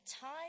time